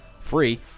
free